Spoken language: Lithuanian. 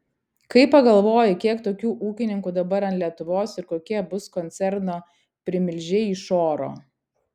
kai pagalvoji kiek tokių ūkininkų dabar ant lietuvos ir kokie bus koncerno primilžiai iš oro